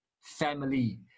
family